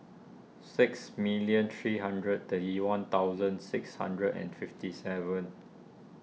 six million three hundred thirty one thousand six hundred and fifty seven